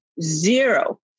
zero